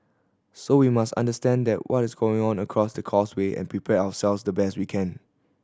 so we must understand that what is going on across the causeway and prepare ourselves the best we can